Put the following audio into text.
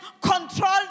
control